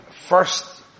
first